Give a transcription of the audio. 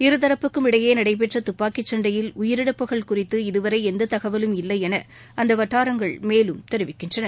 இருதரப்புக்கும் இடையே நடைபெற்ற துப்பாக்கி சண்டையில் உயிரிழப்புகள் குறித்து இதுவரை எந்த தகவலும் இல்லை என அந்த வட்டாரங்கள் மேலும் தெரிவிக்கின்றன